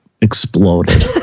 exploded